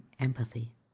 empathy